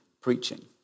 preaching